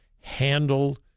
handle